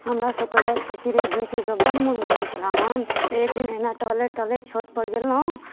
हमरा सबके राति कऽ चिड़ै देखऽके बड मोन करै छलए हन तऽ एक दिन एना टहलै टहलै छोट पर गेलहुॅं